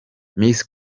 miss